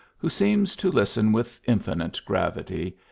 who seems to listen with in finite gravity,